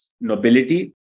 nobility